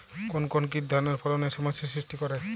কোন কোন কীট ধানের ফলনে সমস্যা সৃষ্টি করে?